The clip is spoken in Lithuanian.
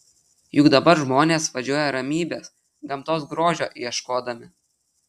juk dabar žmonės važiuoja ramybės gamtos grožio ieškodami